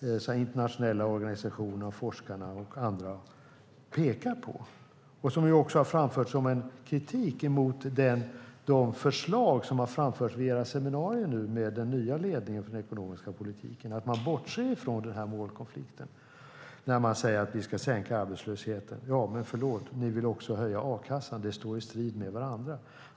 dessa internationella organisationer, forskare och andra pekar på och som också har framförts som kritik mot de förslag som har lagts fram vid era seminarier med den nya ledningen för den ekonomiska politiken, nämligen att man bortser från den här målkonflikten när man säger att man ska sänka arbetslösheten. Men förlåt, ni vill också höja a-kassan. De står i strid med varandra.